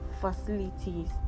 facilities